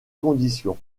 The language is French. conditions